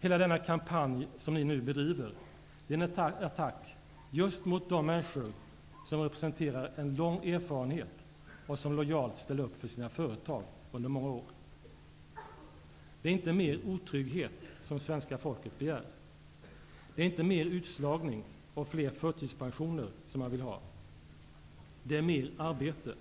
Hela denna kampanj som ni nu bedriver är en attack mot just de människor som representerar en lång erfarenhet och som lojalt ställt upp för sina företag under många år. Det är inte ännu mer otrygghet som svenska folket begär. Det är inte mer utslagning och fler förtidspensioner som man vill ha. Det är mer arbete.